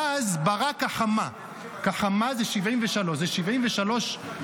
ואז "ברה כחמה" "כחמה" זה 73. זה 73 השנים